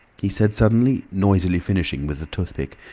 he said suddenly, noisily finishing with the toothpick.